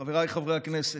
חבריי חברי הכנסת,